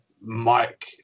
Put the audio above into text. Mike